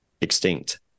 extinct